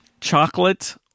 Chocolate